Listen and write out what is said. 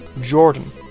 Jordan